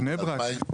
בני ברק,